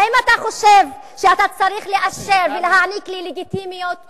האם אתה חושב שאתה צריך לאשר ולהעניק לי לגיטימיות פה?